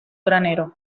granero